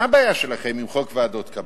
מה הבעיה שלכם עם חוק ועדות קבלה?